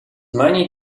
money